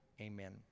amen